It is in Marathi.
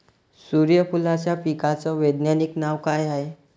सुर्यफूलाच्या पिकाचं वैज्ञानिक नाव काय हाये?